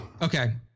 Okay